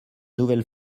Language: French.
nouvelle